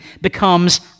becomes